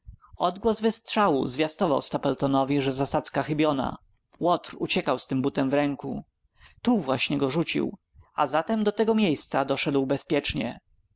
trop sir henryka odgłos wystrzału zwiastował stapletonowi że zasadzka chybiona łotr uciekał z tym butem w ręku tu właśnie go rzucił a zatem do tego miejsca doszedł bezpiecznie